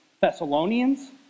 Thessalonians